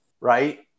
right